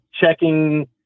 checking